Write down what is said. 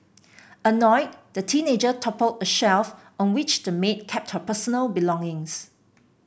annoyed the teenager toppled a shelf on which the maid kept her personal belongings